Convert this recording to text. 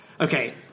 Okay